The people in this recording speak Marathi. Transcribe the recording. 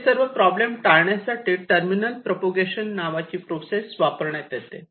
ते सर्व प्रॉब्लेम टाळण्यासाठी टर्मिनल प्रोपेगेशन नावाची प्रोसेस वापरण्यात येते